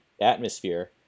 atmosphere